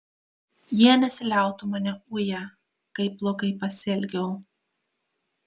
jie nesiliautų mane uję kaip blogai pasielgiau